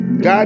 God